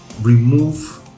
remove